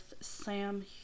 Sam